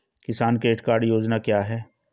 किसान credit card योजना क्या है?